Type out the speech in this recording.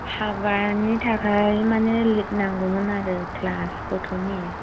हाबानि थाखाय मानि लिभ नांगौमोन आरो क्लास गथ'नि